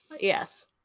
yes